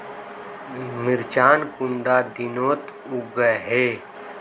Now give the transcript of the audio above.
मिर्चान कुंडा दिनोत उगैहे?